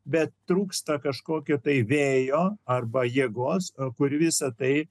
bet trūksta kažkokio tai vėjo arba jėgos kur visa tai